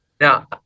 Now